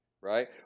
right